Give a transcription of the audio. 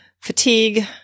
Fatigue